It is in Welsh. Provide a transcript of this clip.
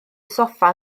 soffa